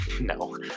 No